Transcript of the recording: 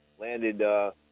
landed –